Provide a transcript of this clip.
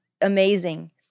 amazing